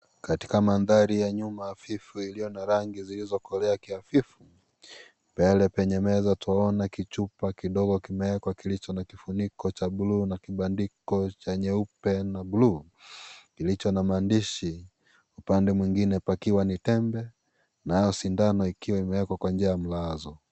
Katika mandhari ya nyuma hafifu, iliyo na rangi zilizokolea kiafrika mbele penye meza twaona kichupa kidogo kimewekwa kilicho na kifuniko cha bluu na kibandiko cha nyeupe na bluu, kilicho na maandishi. Upande mwingine pakiwa ni tembe na au sindano ikiwa imewekwa kwa njia ya mlazo.